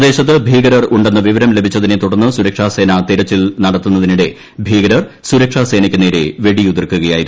പ്രദേശത്ത് ഭീകരർ ഉണ്ടെന്ന വിവരം ലഭിച്ചതിനെ തുടർന്ന് സുരക്ഷാ സേന തിരച്ചിൽ നടത്തുന്നതിനിടെ ഭീകരർ സുരക്ഷാ സേനയ്ക്ക് നേരെ വെട്ടിയുതിർക്കുകയായിരുന്നു